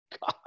God